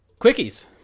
Quickies